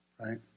right